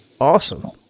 Awesome